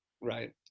Right